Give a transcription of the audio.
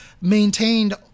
maintained